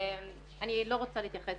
אני לא רוצה להתייחס